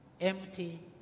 empty